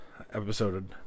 episode